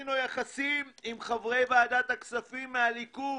לדנינו יחסים עם חברי ועדת הכספים מהליכוד